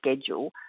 schedule